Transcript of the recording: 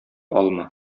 алма